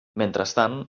mentrestant